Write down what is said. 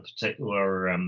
particular